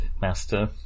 Master